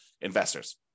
investors